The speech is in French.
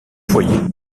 foyer